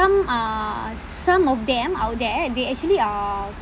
some uh some of them out there they actually are